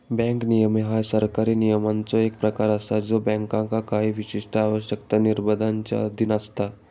bank नियमन ह्या सरकारी नियमांचो एक प्रकार असा ज्यो बँकांका काही विशिष्ट आवश्यकता, निर्बंधांच्यो अधीन असता